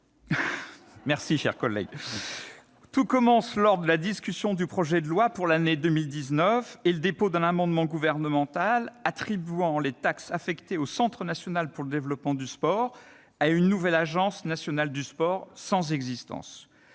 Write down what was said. est bienveillant ! Tout commence lors de la discussion du projet de loi de finances pour l'année 2019 et le dépôt d'un amendement gouvernemental attribuant les taxes affectées au Centre national pour le développement du sport à une nouvelle Agence nationale du sport, sans existence.